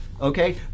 okay